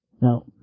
Now